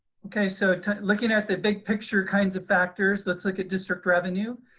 okay, so looking at the big picture kinds of factors. let's look at district revenue.